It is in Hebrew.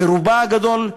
ברובה הגדול,